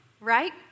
right